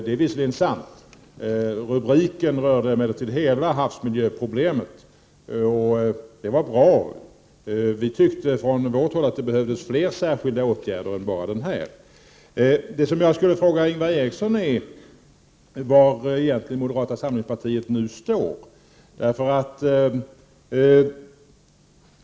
Det är visserligen sant, men rubriken berörde hela havsmiljöproblematiken. Det var bra. Vi tyckte från vårt håll att det behövts fler särskilda åtgärder än bara denna. Jag vill fråga Ingvar Eriksson var moderata samlingspartiet nu står.